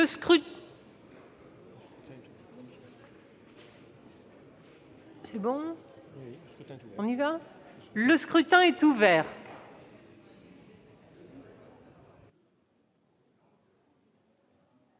Le scrutin est ouvert.